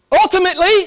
Ultimately